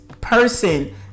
person